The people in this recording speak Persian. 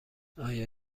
آیا